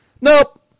Nope